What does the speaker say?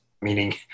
meaning